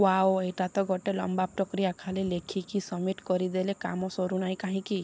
wow ଏଇଟା ତ ଗୋଟେ ଲମ୍ବା ପ୍ରକ୍ରିୟା ଖାଲି ଲେଖିକି ସବ୍ମିଟ୍ କରିଦେଲେ କାମ ସରୁନାହିଁ କାହିଁକି